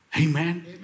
Amen